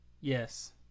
yes